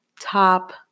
top